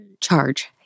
Charge